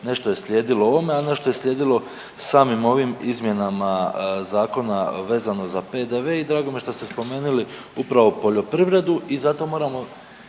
nešto je slijedilo ovome, a nešto je slijedilo samim ovim izmjenama zakona vezano za PDV i drago mi je što ste spomenuli upravo poljoprivredu i zato moramo